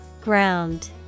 Ground